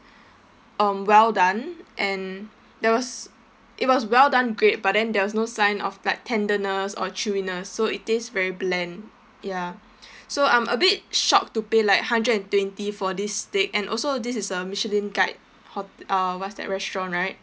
um well done and there was it was well done great but then there was no sign of like tenderness or chewiness so it taste very bland ya so I'm a bit shocked to pay like hundred and twenty for this steak and also this is a michelin guide hot~ uh what's that restaurant right